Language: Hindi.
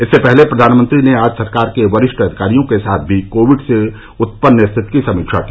इससे पहले प्रधानमंत्री ने आज सरकार के वरिष्ठ अधिकारियों के साथ भी कोविड से उत्पन्न स्थिति की समीक्षा की